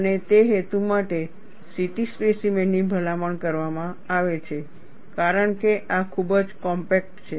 અને તે હેતુ માટે CT સ્પેસીમેનની ભલામણ કરવામાં આવે છે કારણ કે આ ખૂબ જ કોમ્પેક્ટ છે